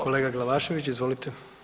Kolega Glavašević, izvolite.